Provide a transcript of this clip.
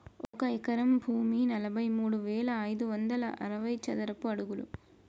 ఒక ఎకరం భూమి నలభై మూడు వేల ఐదు వందల అరవై చదరపు అడుగులు